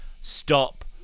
stop